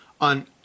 on